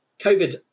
COVID